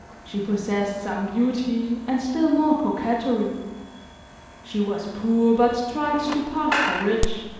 she possessed some beauty, and still more coquetry she was poor but tried to pass for rich